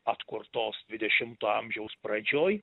atkurtos dvidešimto amžiaus pradžioj